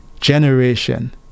generation